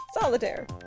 solitaire